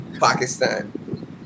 Pakistan